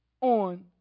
on